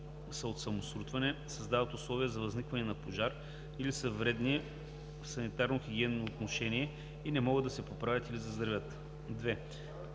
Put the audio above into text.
са от самосрутване, създават условия за възникване на пожар или са вредни в санитарно-хигиенно отношение и не могат да се поправят или заздравят; 2.